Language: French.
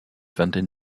vingtaine